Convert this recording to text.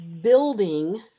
building